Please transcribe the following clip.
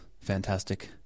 fantastic